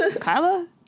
Kyla